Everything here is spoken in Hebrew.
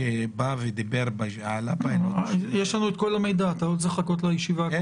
יש לנו את כל המידע, אתה לא צריך לחכות לישיבה.